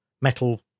metal